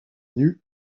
nus